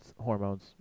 Hormones